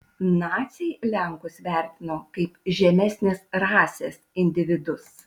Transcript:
naciai lenkus vertino kaip žemesnės rasės individus